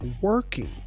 working